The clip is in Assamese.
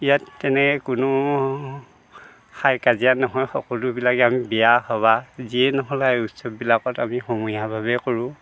ইয়াত তেনে কোনো হাই কাজিয়া নহয় সকলোবিলাক আমি বিয়া সভা যিয়ে নহ'লে অয়োস্থানবিলাকত আমি সমূহীয়াভাৱেই কৰোঁ